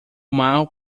mal